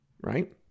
right